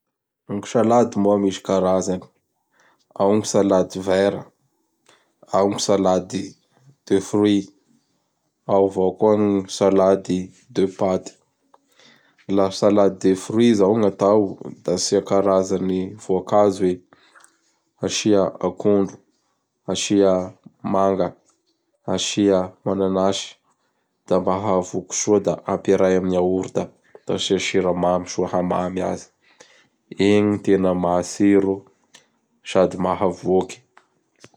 Gny Salade moa misy karazany: ao gn salade vert, ao gn salady de fruit, ao avao koa gn salade de patte. Laha salade de fruit izao gn' atao da asia karazan'gny voakazo i: asia akondro, asia manga, asia mananasy, da mba hahavoky soa da ampiarahy amin'ny Yaourt, da asia siramamy soa hahamamy azy. Igny gny tena matsiro sady mahavoky.